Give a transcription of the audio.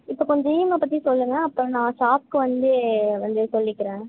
இப்போ கொஞ்சம் இஎம்ஐ பற்றி சொல்லுங்கள் அப்புறம் நான் ஷாப்க்கு வந்து வந்து சொல்லிக்கிறேன்